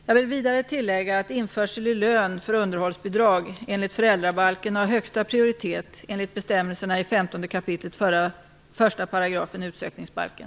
Jag vill vidare tillägga att införsel i lön för underhållsbidrag enligt föräldrabalken har högsta prioritet enligt bestämmelserna i 15 kap. 1 § utsökningsbalken.